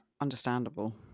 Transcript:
understandable